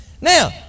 Now